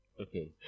Okay